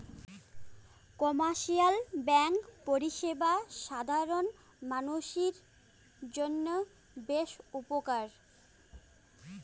commercial bank পরিষেবা সাধারণ মানসির জইন্যে বেশ উপকার